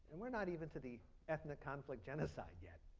and we are not even to the ethnic conflict genocide yet.